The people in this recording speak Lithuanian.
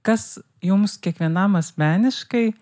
kas jums kiekvienam asmeniškai